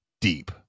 deep